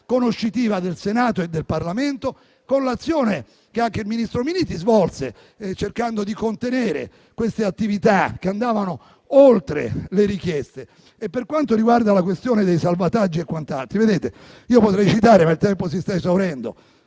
conoscitiva del Senato e del Parlamento, con l'azione che anche il ministro Minniti svolse, cercando di contenere queste attività che andavano oltre le richieste. Per quanto riguarda la questione dei salvataggi, potrei citare - ma il tempo si sta esaurendo